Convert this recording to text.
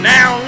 Now